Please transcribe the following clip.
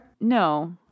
No